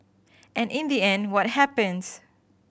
and in the end what happens